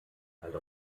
weil